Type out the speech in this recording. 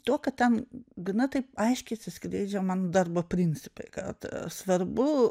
tuo kad ten gana taip aiškiai atsiskleidžia mano darbo principai kad svarbu